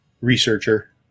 researcher